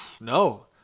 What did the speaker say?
No